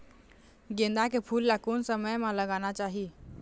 गेंदा के फूल ला कोन समय मा लगाना चाही?